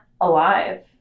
alive